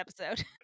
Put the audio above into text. episode